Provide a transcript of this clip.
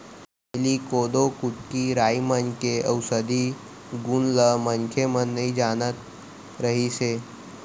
पहिली कोदो, कुटकी, राई मन के अउसधी गुन ल मनखे मन नइ जानत रिहिस हे